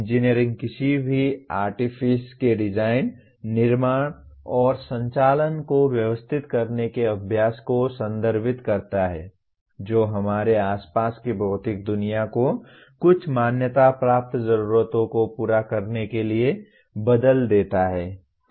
engineering किसी भी artifice के डिजाइन निर्माण और संचालन को व्यवस्थित करने के अभ्यास को संदर्भित करता है जो हमारे आसपास की भौतिक दुनिया को कुछ मान्यता प्राप्त जरूरतों को पूरा करने के लिए बदल देता है ठीक है